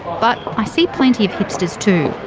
but i see plenty of hipsters, too.